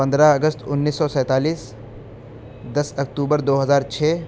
پندرہ اگست انیس سو سینتالیس دس اکتوبر دو ہزار چھ